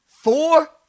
Four